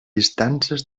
estances